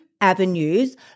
avenues